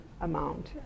amount